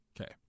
Okay